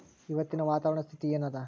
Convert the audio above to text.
ಇವತ್ತಿನ ವಾತಾವರಣ ಸ್ಥಿತಿ ಏನ್ ಅದ?